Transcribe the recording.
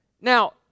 now